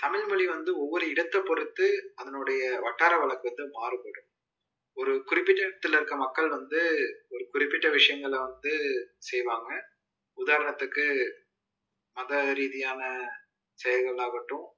தமிழ் மொழி வந்து ஒவ்வொரு இடத்தை பொருத்து அதனுடைய வட்டார வழக்கு வந்து மாறுபடும் ஒரு குறிப்பிட்ட இடத்தில் இருக்கற மக்கள் வந்து ஒரு குறிப்பிட்ட விஷயங்கள வந்து செய்வாங்க உதாரணத்துக்கு மத ரீதியான செயல்கள் ஆகட்டும்